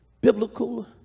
biblical